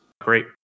great